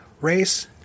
race